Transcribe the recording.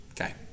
Okay